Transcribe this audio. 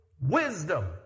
wisdom